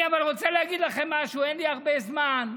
אני אבל רוצה להגיד לכם משהו, אין לי הרבה זמן,